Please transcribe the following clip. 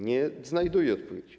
Nie znajduję odpowiedzi.